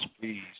please